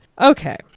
Okay